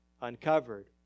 uncovered